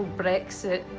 brexit,